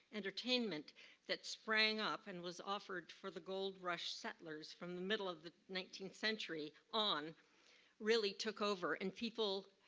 entertainment that sprang up and was offered for the gold rush settlers from the middle of the eighteenth century on really took over and people,